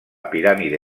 piràmide